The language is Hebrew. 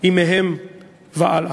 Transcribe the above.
אני מאמין שארץ-ישראל כולה שייכת אך ורק לעם